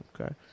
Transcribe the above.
Okay